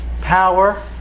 power